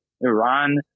Iran